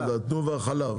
תנובה זה חלב,